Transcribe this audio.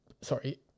Sorry